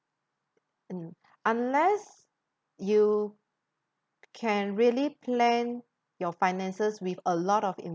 and unless you can really plan your finances with a lot of